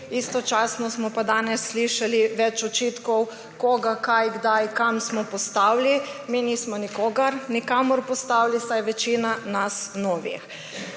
istočasno smo pa danes slišali več očitkov, koga, kaj, kdaj, kam smo postavili. Mi nismo nikogar nikamor postavili, saj nas je večina novih.